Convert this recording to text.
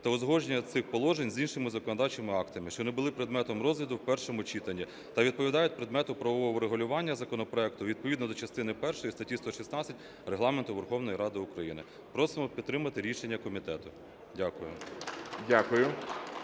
та узгодження цих положень з іншими законодавчими актами, що не були предметом розгляду в першому читанні та відповідають предмету правового регулювання законопроекту відповідно до частини першої статті 116 Регламенту Верховної Ради України. Просимо підтримати рішення комітету. Дякую.